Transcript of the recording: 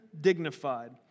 dignified